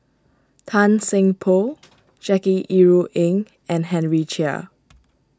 Tan Seng Poh Jackie Yi Ru Ying and Henry Chia